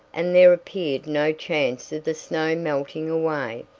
and there appeared no chance of the snow melting away.